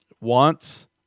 wants